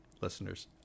listeners